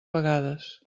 vegades